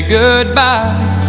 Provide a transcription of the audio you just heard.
goodbye